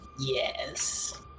Yes